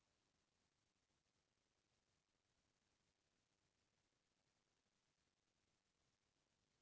कोनो भी बेंक के मौद्रिक नीति हमर इहाँ के भारतीय रिर्जव बेंक ह बनाथे